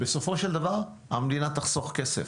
בסופו של דבר המדינה תחסוך כסף.